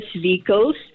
vehicles